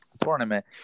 tournament